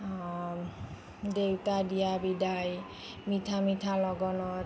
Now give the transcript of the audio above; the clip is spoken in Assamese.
দেউতা দিয়া বিদায় মিঠা মিঠা লগনত